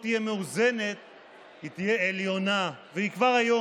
בין אם זה היועץ המשפטי של המשרד,